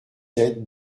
sept